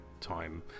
time